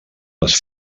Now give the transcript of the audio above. les